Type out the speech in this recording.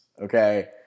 Okay